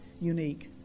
unique